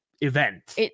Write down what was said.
event